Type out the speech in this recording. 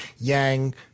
Yang